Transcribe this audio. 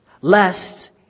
lest